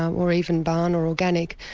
or even barn or organic.